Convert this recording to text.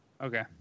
Okay